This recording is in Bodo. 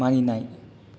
मानिनाय